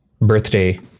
birthday